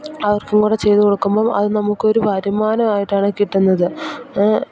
അവർക്കും കൂടെ ചെയ്തു കൊടുക്കുമ്പോൾ അത് നമുക്ക് ഒരു വരുമാനം ആയിട്ടാണ് കിട്ടുന്നത്